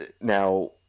now –